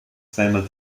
zweimal